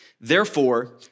Therefore